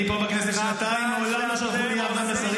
אני פה בכנסת שנתיים ומעולם לא שלחו לי דף מסרים.